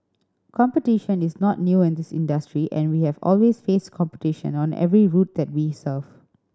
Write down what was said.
competition is not new in this industry and we have always faced competition on every route that we serve